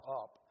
up